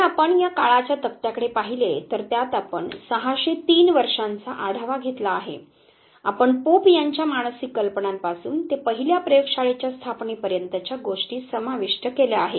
जर आपण या काळाच्या तक्त्याकडे पाहिले तर त्यात आपण 603 वर्षांचा आढावा घेतला आहे आपण पोप यांच्या मानसिक कल्पनांपासून ते पहिल्या प्रयोगशाळेच्या स्थापने पर्यंतच्या गोष्टी समाविष्ट केल्या आहेत